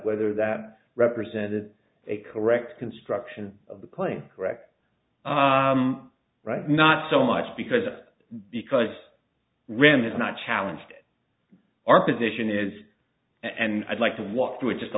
whether that represented a correct construction of the playing correct right not so much because because ram is not challenged our position is and i'd like to walk through it just a